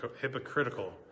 hypocritical